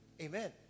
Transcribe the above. Amen